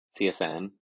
CSN